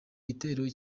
gitero